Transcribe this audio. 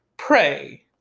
Pray